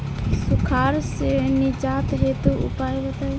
सुखार से निजात हेतु उपाय बताई?